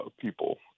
people